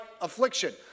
affliction